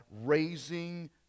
raising